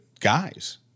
guys